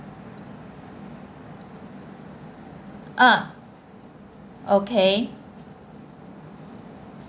ah okay